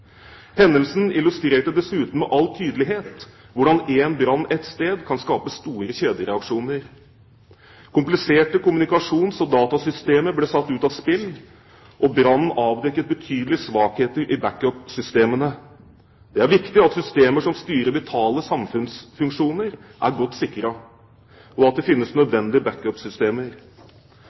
Hendelsen illustrerte dessuten med all tydelighet hvordan én brann ett sted kan skape store kjedereaksjoner. Kompliserte kommunikasjons- og datasystemer ble satt ut av spill, og brannen avdekket betydelige svakheter i backupsystemene. Det er viktig at systemer som styrer vitale samfunnsfunksjoner, er godt sikret, og at det finnes